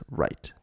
right